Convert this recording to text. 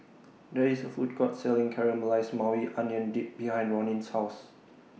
There IS A Food Court Selling Caramelized Maui Onion Dip behind Ronin's House